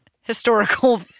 historical